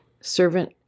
servant